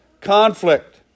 conflict